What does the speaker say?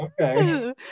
Okay